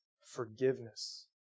forgiveness